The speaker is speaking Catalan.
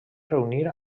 reunir